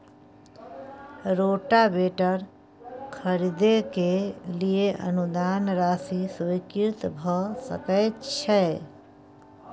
Rotavator खरीदे के लिए अनुदान राशि स्वीकृत भ सकय छैय?